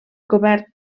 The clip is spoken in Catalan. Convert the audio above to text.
cobert